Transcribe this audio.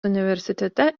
universitete